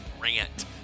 rant